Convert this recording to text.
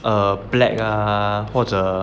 err black ah 或者